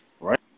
Right